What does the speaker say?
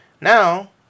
Now